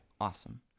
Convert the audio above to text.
awesome